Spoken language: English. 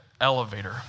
elevator